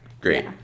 Great